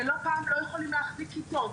שלא פעם לא יכולים להחזיק כיתות,